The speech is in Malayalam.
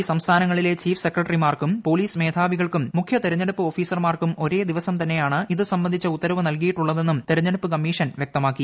ഇൌ സംസ്ഥാനങ്ങളിലെ ചീഫ് സെക്രട്ടറിമാർക്കും പോലീസ് മേധാവികൾക്കും മുഖ്യ തെരഞ്ഞെടുപ്പ് ഓഫീസർമാർക്കും ഒരേ ദിവസം തന്നെയാണ് ഇതു സംബന്ധിച്ച ഉത്തരവ് നൽകിയിട്ടുള്ളതെന്നും തെരഞ്ഞെടുപ്പ് കമ്മീഷൻ വ്യക്തമാക്കി